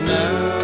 now